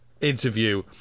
...interview